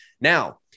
Now